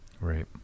Right